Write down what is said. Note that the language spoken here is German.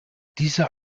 dieser